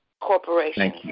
Corporation